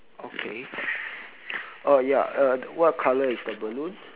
okay oh ya uh what colour is the balloon